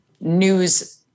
news